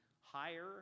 higher